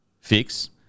fix